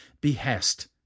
behest